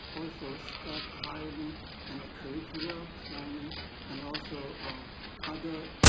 also staff hiring and curriculum planning and also ah other